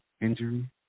injury